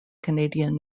canadian